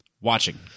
Watching